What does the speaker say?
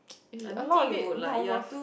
is a lot of it not worth